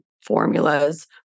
formulas